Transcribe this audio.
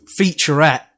featurette